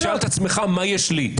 תסתכל על עצמך ותשאל את עצמך מה יש לי,